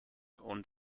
und